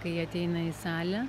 kai ateina į salę